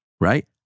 right